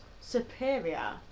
superior